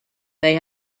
they